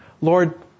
Lord